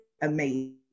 amazing